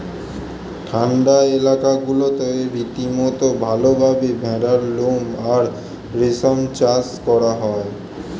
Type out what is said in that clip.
ঠান্ডা এলাকাগুলোতে রীতিমতো ভালভাবে ভেড়ার লোম আর রেশম চাষ করা হয়